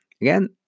again